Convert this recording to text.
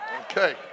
okay